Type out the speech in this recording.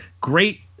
great